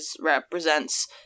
represents